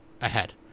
ahead